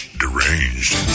deranged